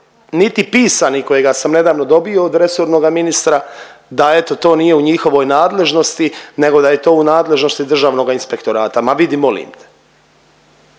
niti pisani kojega sam nedavno dobio od resornoga ministra da eto to nije u njihovoj nadležnosti nego da je to u nadležnosti Državnoga inspektorata. Ma vidi molim te,